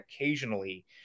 occasionally